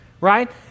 right